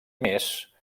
més